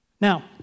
Now